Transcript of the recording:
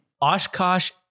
Oshkosh